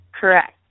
Correct